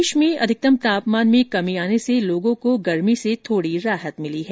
प्रदेश में अधिकतम तापमान में कमी आने से लोगों को गर्मी से थोड़ी राहत मिली है